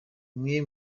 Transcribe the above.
imwe